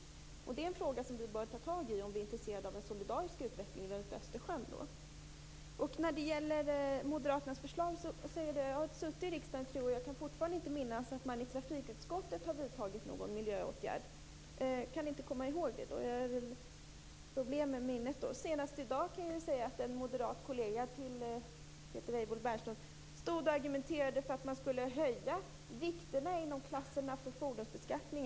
Det är en fråga som vi bör ta itu med om vi är intresserade av den solidariska utvecklingen runt Östersjön. När det gäller Moderaternas förslag vill jag säga att jag har suttit i riksdagen i tre år, och jag kan fortfarande inte minnas att man i trafikutskottet har vidtagit någon miljöåtgärd. Jag kan inte komma ihåg det. Jag har kanske problem med minnet. Senast i dag argumenterade en moderat kollega till Peter Weibull Bernström för en höjning av viktgränserna inom fordonsbeskattningsklasserna.